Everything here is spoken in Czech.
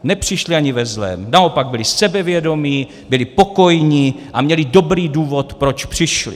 Nepřišli ani ve zlém, naopak, byli sebevědomí, byly pokojní a měli dobrý důvod, proč přišli.